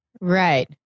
Right